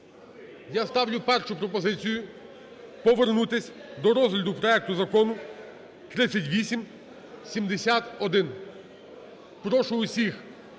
Я ставлю першу пропозицію повернутись до розгляду проекту Закону 3871. Прошу всіх